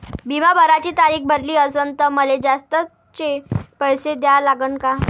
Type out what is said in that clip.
बिमा भराची तारीख भरली असनं त मले जास्तचे पैसे द्या लागन का?